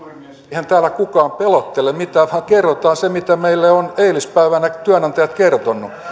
eihän täällä kukaan pelottele mitään vaan kerrotaan se mitä meille ovat eilispäivänä työnantajat kertoneet